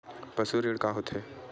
पशु ऋण का होथे?